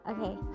okay